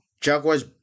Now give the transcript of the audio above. Jaguars